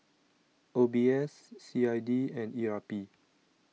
O B S C I D and E R P